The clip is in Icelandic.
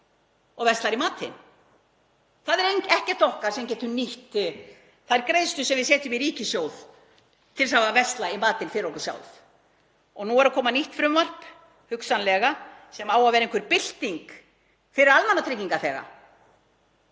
og verslar í matinn. Það er ekkert okkar sem getur nýtt þær greiðslur sem við setjum í ríkissjóð til að versla í matinn fyrir okkur sjálf. Nú er að koma nýtt frumvarp, hugsanlega, sem á að vera einhver bylting fyrir almannatryggingaþega